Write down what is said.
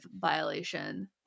violation